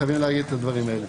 חייבים להגיד את הדברים האלה.